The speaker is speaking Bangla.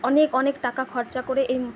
অনেক অনেক টাকা খরচা করে এই